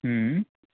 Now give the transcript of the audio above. ہوں